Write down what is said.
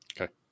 Okay